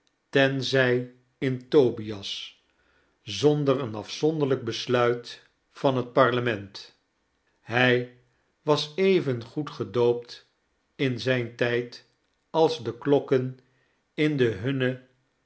tenzij in tobias zonder een afzonderlijk besluit van het parlement hij was even goed gedoopt in zijn tijd als de klokken in den hunne